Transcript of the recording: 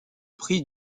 prix